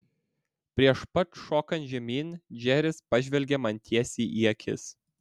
prieš pat šokant žemyn džeris pažvelgė man tiesiai į akis